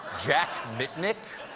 jack mitnick.